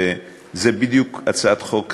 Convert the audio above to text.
וזו בדיוק הצעת חוק ראויה.